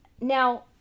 Now